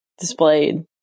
displayed